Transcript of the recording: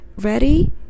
ready